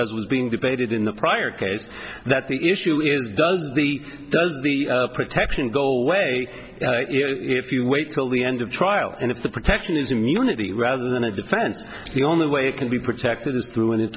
as was being debated in the prior case that the issue is does the does the protection go away if you wait till the end of trial and if the protection is immunity rather than a defense the only way it can be protected is through an